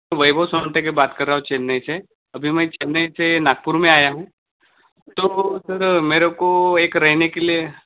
वैभव सोनटके बात करा हू चेन्नईसे अभी मै चेन्नईसे नागपूर मे आया हू तो सर मेरेको एक रहने के लिये